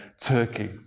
Turkey